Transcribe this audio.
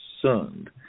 concerned